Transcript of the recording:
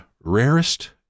rarest